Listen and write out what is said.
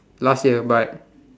last year but